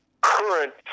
current